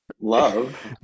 love